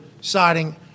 siding